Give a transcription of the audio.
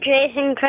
Jason